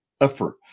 effort